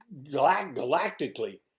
galactically